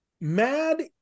Mad